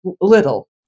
little